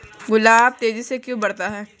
गुलाब तेजी से कैसे बढ़ता है?